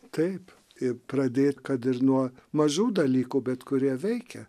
taip ir pradėt kad ir nuo mažų dalykų bet kurie veikia